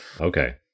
Okay